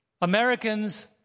Americans